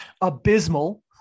abysmal